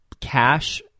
cash